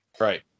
right